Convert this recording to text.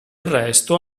resto